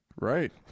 right